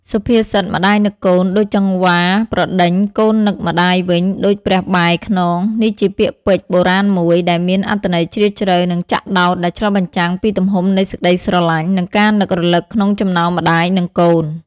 សុភាសិត "ម្ដាយនឹកកូន ដូចចង្វាប្រដេញ កូននឹកម្ដាយវិញដូចព្រះបែរខ្នង" នេះជាពាក្យពេចន៍បុរាណមួយ ដែលមានអត្ថន័យជ្រាលជ្រៅ និងចាក់ដោត ដែលឆ្លុះបញ្ចាំងពីទំហំនៃសេចក្ដីស្រឡាញ់ និងការនឹករលឹកក្នុងចំណោមម្ដាយនិងកូន។